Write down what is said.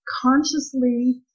consciously